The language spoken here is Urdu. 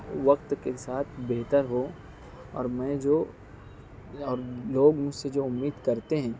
وقت کے ساتھ بہتر ہو اور میں جو اور لوگ مجھ سے جو امید کرتے ہیں